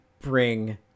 bring